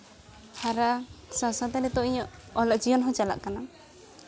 ᱦᱟᱨᱟ ᱥᱟᱶ ᱥᱟᱶᱛᱮ ᱱᱤᱛᱚᱜ ᱤᱧᱟᱹᱜ ᱚᱞᱚᱜ ᱡᱤᱭᱚᱱ ᱦᱚᱸ ᱪᱟᱞᱟᱜ ᱠᱟᱱᱟ